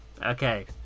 Okay